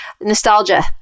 nostalgia